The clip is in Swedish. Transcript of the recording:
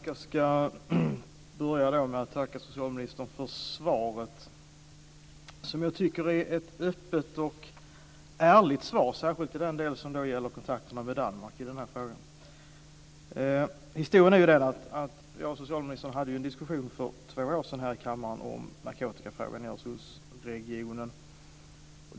Fru talman! Jag ska börja med att tacka socialministern för svaret som jag tycker är ett öppet och ärligt svar, särskilt i den del som gäller kontakterna med Danmark. Jag och socialministern hade en diskussion för två år sedan här i kammaren om narkotikaproblemet i Öresundsregionen.